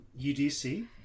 UDC